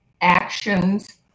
actions